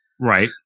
Right